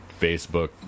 Facebook